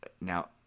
now